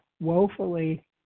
woefully